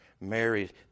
Married